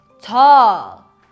tall